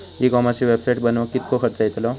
E कॉमर्सची website बनवक किततो खर्च येतलो?